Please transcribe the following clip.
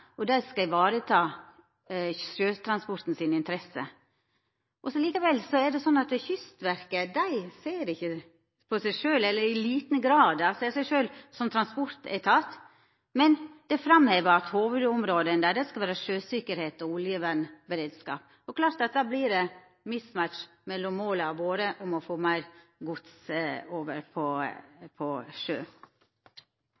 og dei skal vareta interessa til sjøtransporten. Likevel ser Kystverket i liten grad på seg sjølv som transportetat, men dei framhevar at hovudområdet deira skal vera sjøsikkerheit og oljevernberedskap. Det er klart at då vert det «mismatch» med måla våre om å få meir gods over på